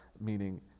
meaning